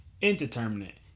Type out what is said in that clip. indeterminate